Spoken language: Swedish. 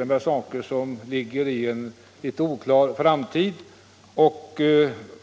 upp frågor som ligger i en litet oklar framtid.